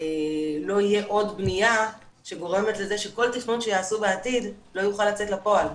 לא תהיה עוד בניה שגורמת לזה שכל תכנון שיעשו בעתיד לא יוכל לצאת לפועל.